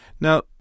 Now